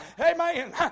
amen